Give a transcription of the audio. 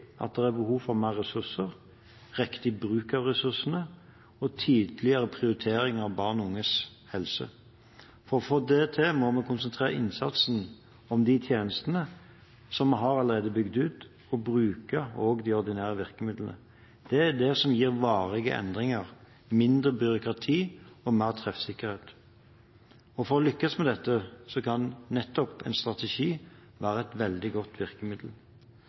at det er behov for mer ressurser, riktig bruk av ressursene og tidligere prioritering av barn og unges helse. For å få det til må vi konsentrere innsatsen om de tjenestene som vi allerede har bygd ut, og bruke også de ordinære virkemidlene. Det er det som gir varige endringer, mindre byråkrati og mer treffsikkerhet. For å lykkes med dette kan nettopp en strategi være et veldig godt